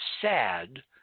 sad